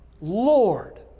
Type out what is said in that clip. Lord